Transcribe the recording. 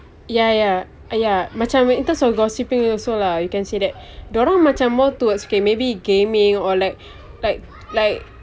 ya ya ya macam in terms of gossiping also lah you can say that dia orang macam more towards okay maybe gaming or like like like